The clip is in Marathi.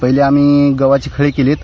पहिला आम्ही गव्हाची खळी केलीत